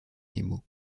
nemo